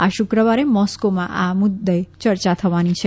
આ શુક્રવારે મોસ્કોમાં આ મુદ્દે ચર્ચા થવાની છે